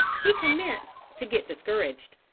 he commenced to get discouraged.